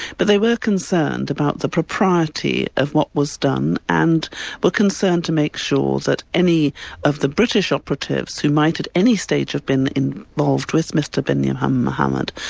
but they were concerned about the propriety of what was done and were but concerned to make sure that any of the british operatives who might at any stage have been involved with mr binyam um mohamed,